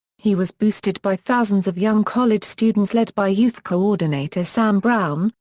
he was boosted by thousands of young college students led by youth coordinator sam brown,